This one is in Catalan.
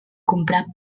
comprar